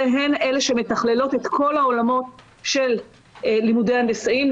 הן אלה שמתכללות את כל העולמות של לימודי הנדסאים,